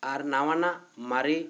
ᱟᱨ ᱱᱟᱣᱟᱱᱟᱜ ᱢᱟᱨᱮ